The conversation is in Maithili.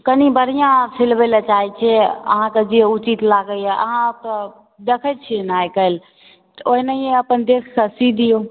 कनि बढ़िऑं सिलवै ला चाहै छिऐ अहाँकेँ जे उचित लागैया अहाँसँ जे देखै छियै ने आइकाल्हि तऽ ओनाहिए अपन देखि कऽ सी दिऔ